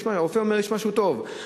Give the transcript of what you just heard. הרופא אומר: יש משהו טוב,